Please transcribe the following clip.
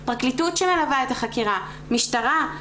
פרקליטות שמלווה את החקירה, משטרה.